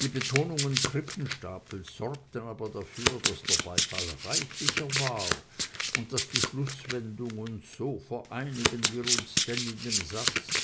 die betonungen krippenstapels sorgten aber dafür daß der beifall reichlicher war und daß die schlußwendung und so vereinigen wir uns denn in dem satze